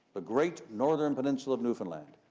the great northern peninsula of newfoundland.